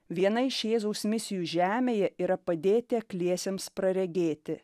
viena iš jėzaus misijų žemėje yra padėti akliesiems praregėti